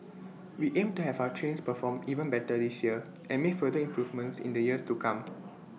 we aim to have our trains perform even better this year and make further improvements in the years to come